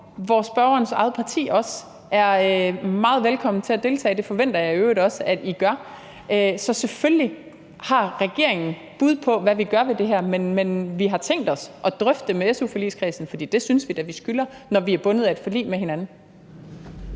hvor spørgerens eget parti også er meget velkommen til at deltage. Det forventer jeg i øvrigt også at I gør. Så selvfølgelig har regeringen bud på, hvad vi gør ved det her, men vi har tænkt os at drøfte det med su-forligskredsen, for det synes vi da vi skylder, når vi er bundet af et forlig med hinanden.